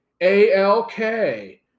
ALK